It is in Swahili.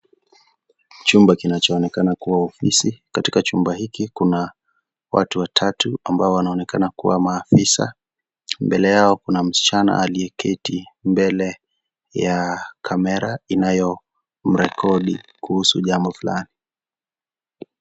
Chumba kinachoonekana kuwa ofisi, katika chumba hiki kuna watu watatu ambao wanaonekana kuwa maafisa mbele yao kuna msichana aliyeketi mbele ya camera inayomrekodi kuhusu jambo fulani.